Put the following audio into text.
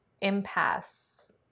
impasse